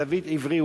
דוד עברי,